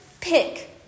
pick